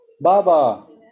Baba